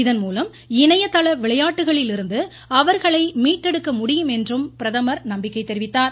இதன்மூலம் இணையதள விளையாட்டுகளிலிருந்து அவர்களை மீட்டெடுக்க முடியும் என்றும் நம்பிக்கை தெரிவித்தார்